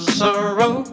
sorrow